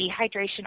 Dehydration